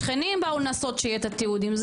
השכנים באו לנסות שיהיו התיעודים,